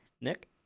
Nick